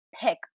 pick